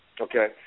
Okay